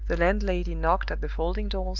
the landlady knocked at the folding-doors,